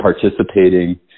participating